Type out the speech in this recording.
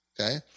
Okay